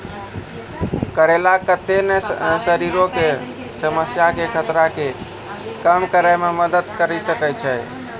करेला कत्ते ने शरीर रो समस्या के खतरा के कम करै मे मदद करी सकै छै